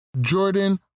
Jordan